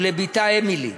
ולבתה אמילי,